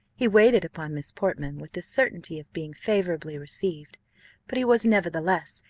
he waited upon miss portman with the certainty of being favourably received but he was, nevertheless,